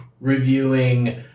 reviewing